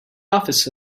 office